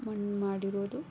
ಮಣ್ಣು ಮಾಡಿರೋದು